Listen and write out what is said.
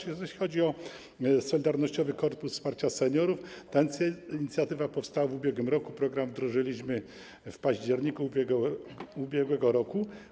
Jeżeli chodzi o „Solidarnościowy korpus wsparcia seniorów”, ta inicjatywa powstała w ubiegłym roku, program wdrożyliśmy w październiku ubiegłego roku.